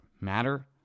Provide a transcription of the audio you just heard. matter